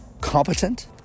competent